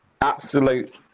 absolute